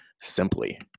simply